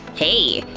hey!